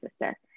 sister